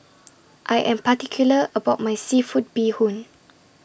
I Am particular about My Seafood Bee Hoon